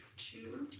two,